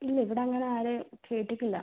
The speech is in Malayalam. ഇല്ല ഇവിടെ അങ്ങനെയാരേയും കേട്ടിട്ടില്ല